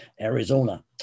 Arizona